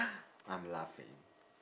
I'm laughing